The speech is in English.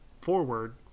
forward